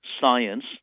science